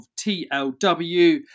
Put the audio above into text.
TLW